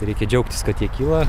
reikia džiaugtis kad jie kyla